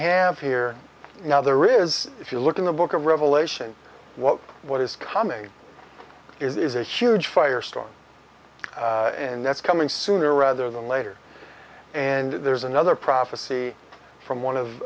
have here now there is if you look in the book of revelation what what is coming is a huge fire storm and that's coming sooner rather than later and there's another prophecy from one of